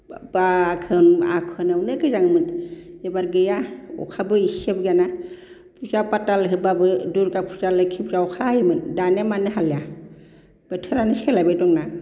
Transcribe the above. आघोनावनो गोजाङोमोन एबारै गैया अखाबो एसेबो गैयाना पुजा पाताल होबाबो दुर्गा फुजा लोखि फुजायाव अखा हायोमोन दानिया मानो हालिया बोथोरानो सोलायबाय दंना